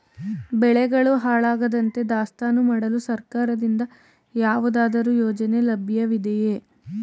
ಬೆಳೆಗಳು ಹಾಳಾಗದಂತೆ ದಾಸ್ತಾನು ಮಾಡಲು ಸರ್ಕಾರದಿಂದ ಯಾವುದಾದರು ಯೋಜನೆ ಲಭ್ಯವಿದೆಯೇ?